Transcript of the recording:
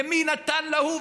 ומי נתן להוא,